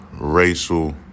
racial